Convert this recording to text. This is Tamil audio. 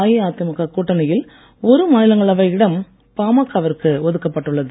அஇஅதிமுக கூட்டணியில் ஒரு மாநிலங்களவை இடம் பாமக விற்கு ஒதுக்கப்பட்டுள்ளது